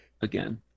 again